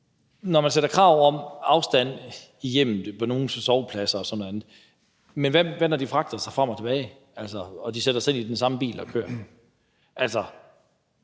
For man stiller krav om afstand i hjemmet for nogens sovepladser og andet, men hvad så, når de fragter sig frem og tilbage og de sætter sig ind i den samme bil og kører?